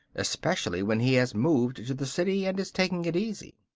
especially when he has moved to the city and is taking it easy?